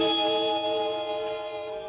oh